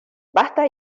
basta